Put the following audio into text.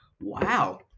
wow